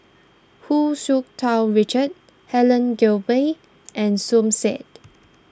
Hu Tsu Tau Richard Helen Gilbey and Som Said